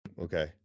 Okay